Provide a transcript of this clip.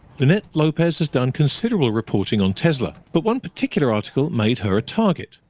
linette lopez has done considerable reporting on tesla, but one particular article made her a target.